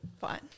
fine